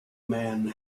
man